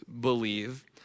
believe